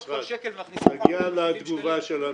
כל שקל --- נגיע לתגובה של המשרד.